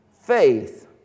Faith